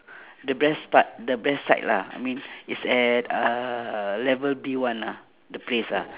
the breast part the breast side lah I mean it's at uh level B one lah the place lah